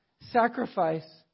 sacrifice